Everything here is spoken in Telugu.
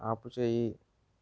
ఆపుచేయి